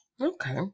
Okay